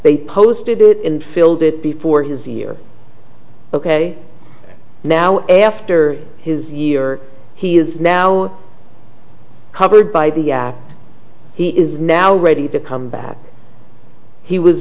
they posted it in filled it before his year ok now after his year or he is now covered by the he is now ready to come back he was